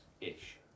ish